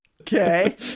Okay